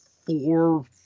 four